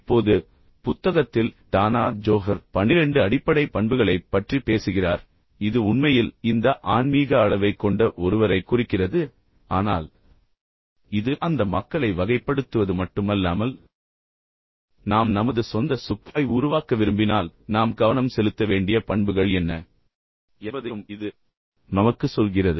இப்போது புத்தகத்தில் Danah Zohar 12 அடிப்படை பண்புகளைப் பற்றி பேசுகிறார் இது உண்மையில் இந்த ஆன்மீக அளவைக் கொண்ட ஒருவரைக் குறிக்கிறது ஆனால் இது அந்த மக்களை வகைப்படுத்துவது மட்டுமல்லாமல் நாம் நமது சொந்த SQ ஐ உருவாக்க விரும்பினால் நாம் கவனம் செலுத்த வேண்டிய பண்புகள் என்ன என்பதையும் இது நமக்குச் சொல்கிறது